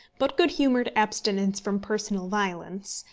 but good-humoured abstinence from personal violence,